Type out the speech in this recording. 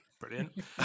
Brilliant